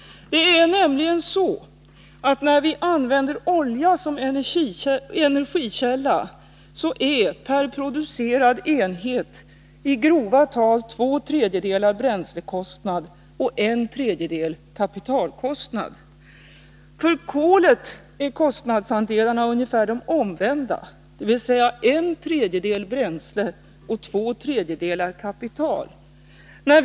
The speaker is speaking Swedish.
Det är nämligen så att när vi använder olja som energikälla är per producerad enhet i grova tal två tredjedelar bränslekostnad och en tredjedel kapitalkostnad. För kolet är kostnadsandelarna ungefär de omvända, dvs. en tredjedel bränslekostnad och två tredjedelar kapitalkostnad.